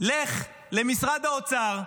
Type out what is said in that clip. לך למשרד האוצר,